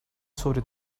sobre